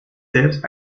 selbst